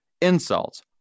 insults